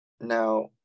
now